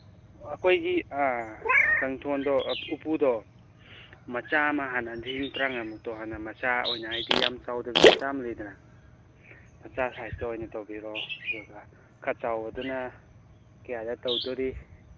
ꯑꯩꯈꯣꯏꯒꯤ ꯀꯥꯡꯊꯣꯟꯗꯣ ꯎꯄꯨꯗꯣ ꯃꯆꯥ ꯑꯃ ꯍꯥꯟꯅ ꯂꯤꯁꯤꯡ ꯇꯔꯥꯃꯉꯥꯃꯨꯛꯇꯣ ꯍꯥꯟꯅ ꯃꯆꯥ ꯑꯣꯏꯅ ꯍꯥꯏꯗꯤ ꯌꯥꯝ ꯆꯥꯎꯗꯕꯤ ꯃꯆꯥ ꯑꯃ ꯂꯩꯗꯅ ꯃꯆꯥ ꯁꯥꯏꯁꯇꯣ ꯑꯣꯏꯅ ꯇꯧꯕꯤꯔꯣ ꯑꯗꯨꯒ ꯈꯔ ꯆꯥꯎꯕꯗꯨꯅ ꯀꯌꯥꯗ ꯇꯧꯗꯣꯔꯤ